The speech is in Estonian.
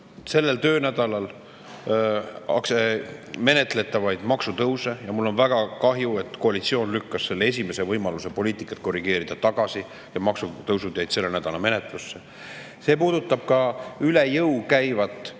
sellel töönädalal menetletavaid maksutõuse. Mul on väga kahju, et koalitsioon lükkas esimese võimaluse poliitikat korrigeerida tagasi ja maksutõusud jäid selle nädala menetlusse. See puudutab ka üle jõu käivat